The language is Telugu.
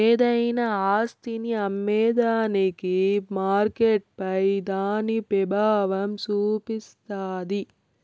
ఏదైనా ఆస్తిని అమ్మేదానికి మార్కెట్పై దాని పెబావం సూపిస్తాది